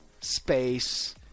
space